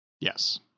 Yes